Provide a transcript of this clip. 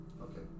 Okay